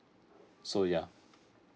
so yeah